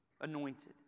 anointed